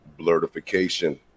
blurtification